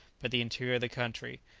but the interior of the country,